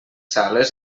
sales